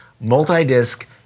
multi-disc